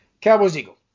Cowboys-Eagle